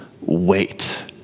wait